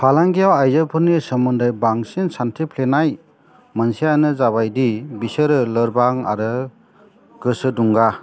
फालांगियाव आइजोफोरनि सोमोन्दै बांसिन सानथेंफ्लेनाय मोनसेयानो जाबायदि बिसोरो लोरबां आरो गोसो दुंगा